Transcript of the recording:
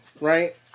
right